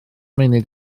munud